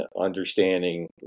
understanding